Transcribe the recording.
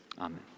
Amen